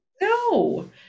no